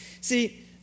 See